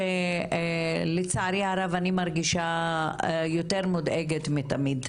לצערי הרב, אני יותר מודאגת מתמיד,